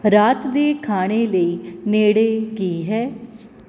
ਰਾਤ ਦੇ ਖਾਣੇ ਲਈ ਨੇੜੇ ਕੀ ਹੈ